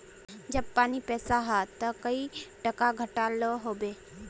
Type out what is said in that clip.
जब पानी पैसा हाँ ते कई टका घंटा लो होबे?